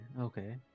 Okay